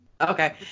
Okay